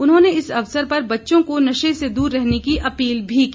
उन्होंने इस अवसर पर बच्चों को नशे से दूर रहने की अपील भी की